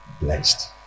blessed